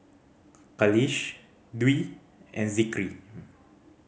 Khalish Dwi and Zikri